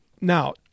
Now